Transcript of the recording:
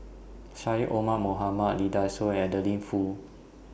Syed Omar Mohamed Lee Dai Soh and Adeline Foo